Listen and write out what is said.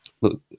look